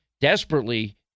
desperately